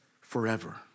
forever